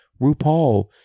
RuPaul